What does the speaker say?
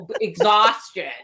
exhaustion